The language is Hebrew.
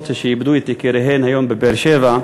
שאיבדו את יקיריהן היום בבאר-שבע,